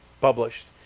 published